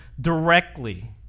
directly